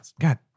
God